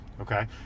Okay